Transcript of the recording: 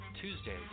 Tuesdays